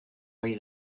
ohi